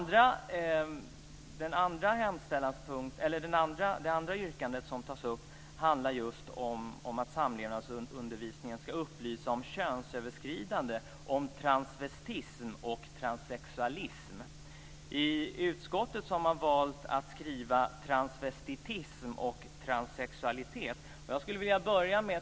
Det andra yrkandet som tas upp handlar om att samlevnadsundervisningen ska upplysa om könsöverskridande - om transvestism och transsexualism. I utskottet har man valt att skriva "transvestitism" och "transsexualitet".